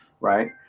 Right